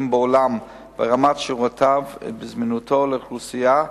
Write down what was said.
בעולם ברמת שירותיו ובזמינותו לאוכלוסייה.